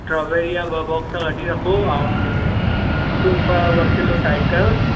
strawberry जा ॿ box कढी रखो ऐं सूफ़ ॿ किलो साइड कयोसि